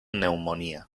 neumonía